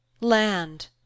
land